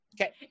Okay